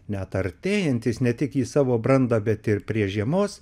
net artėjantis ne tik į savo brandą bet ir prie žiemos